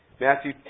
Matthew